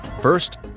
First